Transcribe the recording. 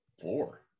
floor